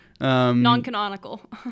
Non-canonical